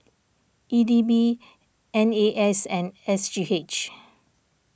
E D B N A S and S G H